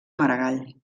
maragall